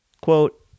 Quote